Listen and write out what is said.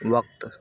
وقت